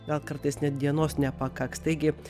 gal kartais net dienos nepakaks taigi